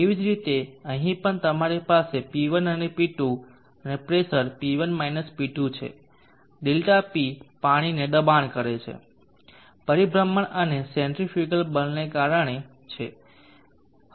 તેવી જ રીતે અહીં પણ તમારી પાસે P1 અને P2 અને પ્રેશર P1 P2 છે ∆P પાણીને દબાણ કરે છે પરિભ્રમણ અને સેન્ટ્રીફ્યુગલ બળને કારણે છે